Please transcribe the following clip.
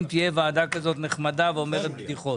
השבוע.